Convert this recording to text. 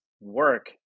work